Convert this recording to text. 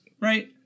right